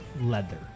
leather